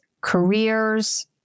careers